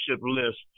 list